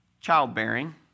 childbearing